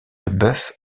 leboeuf